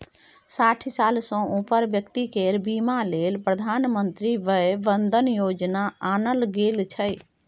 साठि साल सँ उपरक बेकती केर बीमा लेल प्रधानमंत्री बय बंदन योजना आनल गेल छै